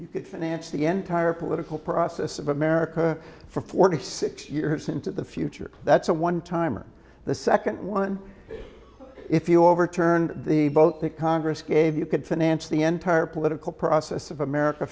you could finance the entire political process of america for forty six years into the future that's a one time or the second one if you overturn the boat that congress gave you could finance the entire political process of america